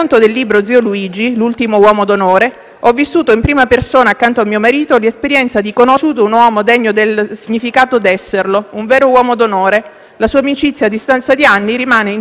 Concludo, signor Presidente, dicendo che mi riprometto d'investire del caso la Commissione di vigilanza Rai e che ho già presentato un esposto all'ordine dei giornalisti e alla Federazione nazionale della stampa italiana, sperando che in futuro tutti i professionisti della comunicazione prestino maggiore attenzione a temi così delicati per il nostro Paese.